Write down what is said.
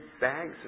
bags